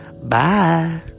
Bye